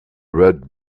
red